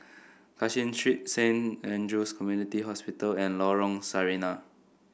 Cashin Street Saint Andrew's Community Hospital and Lorong Sarina